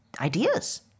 ideas